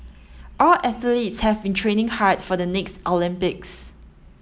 our athletes have been training hard for the next Olympics